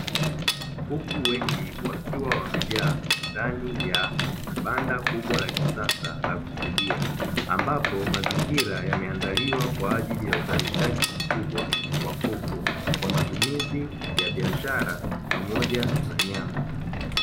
Kuku wengi wakiwa wamejaa ndani ya banda kubwa la kisasa la kufugia, ambapo mazingira yameandaliwa kwa ajili ya uzalishaji mkubwa wa kuku kwa matumizi ya biashara pamoja na nyama.